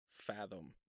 fathom